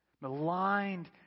maligned